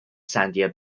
sandia